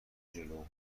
جلو